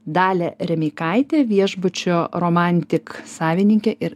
dalė remeikaitė viešbučio romantik savininkė ir gera